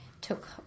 took